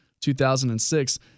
2006